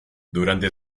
durante